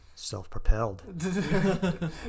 Self-propelled